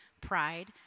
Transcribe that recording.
pride